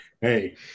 hey